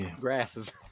grasses